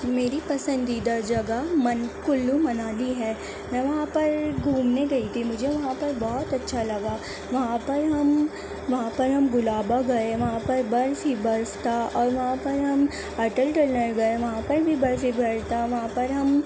میری پسندیدہ جگہ من کلو منالی ہے وہاں پر گھومنے گئی تھی مجھے وہاں پر بہت ہی اچھا لگا وہاں پر ہم وہاں پر ہم گلابا گئے وہاں پر برف ہی برف تھا اور وہاں پر ہم اٹل ٹنل گئے وہاں پر بھی برف ہی برف تھا وہاں پر ہم